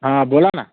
हां बोला ना